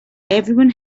everyone